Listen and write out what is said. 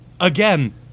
again